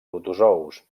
protozous